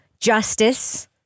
justice